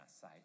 sight